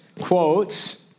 quotes